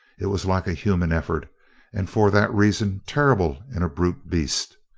it was like a human effort and for that reason terrible in a brute beast.